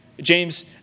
James